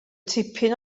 tipyn